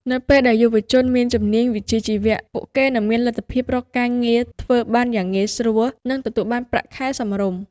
នៅពេលដែលយុវជនមានជំនាញវិជ្ជាជីវៈ ពួកគេនឹងមានលទ្ធភាពរកការងារធ្វើបានយ៉ាងងាយស្រួល និងទទួលបានប្រាក់ខែសមរម្យ។